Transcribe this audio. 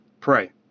pray